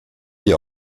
die